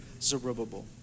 Zerubbabel